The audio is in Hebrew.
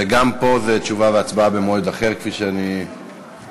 וגם פה, תשובה והצבעה במועד אחר, כפי שאני מבין.